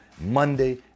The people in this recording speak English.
Monday